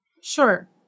sure